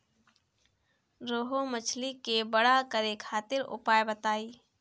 रोहु मछली के बड़ा करे खातिर उपाय बताईं?